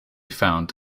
found